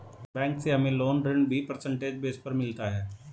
bank से हमे loan ऋण भी परसेंटेज बेस पर मिलता है